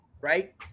right